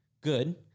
good